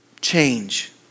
change